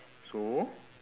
so